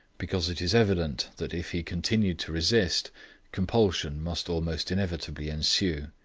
because it is evident that if he continued to resist compulsion must almost inevitably ensue.